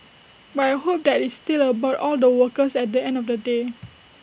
but I hope that IT is still all about the workers at the end of the day